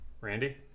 randy